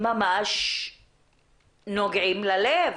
ממש נוגעים ללב.